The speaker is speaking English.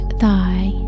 thigh